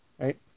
Right